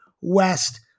west